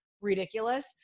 ridiculous